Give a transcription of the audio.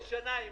כשהיא